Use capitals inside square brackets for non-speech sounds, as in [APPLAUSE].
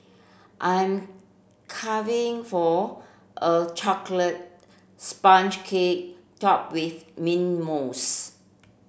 I'm [UNINTELLIGIBLE] for a chocolate sponge cake topped with mint mousse